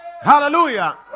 hallelujah